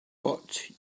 but